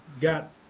got